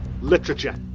Literature